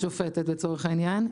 השופטת לצורך העניין,